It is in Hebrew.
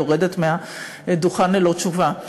יורדת מהדוכן ללא תשובה.